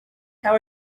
how